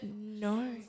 No